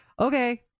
okay